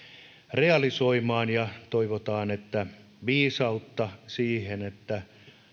realisoimaan ja toivotaan että viisautta siihen että